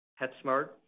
PetSmart